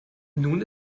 nun